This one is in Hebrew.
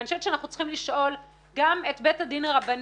ואני חושבת שאנחנו צריכים לשאול גם את בית הדין הרבני: